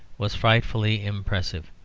was frightfully impressive.